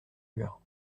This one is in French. mur